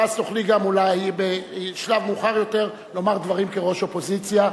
ואז תוכלי גם אולי בשלב מאוחר יותר לומר דברים כראש האופוזיציה.